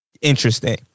interesting